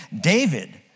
David